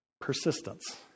Persistence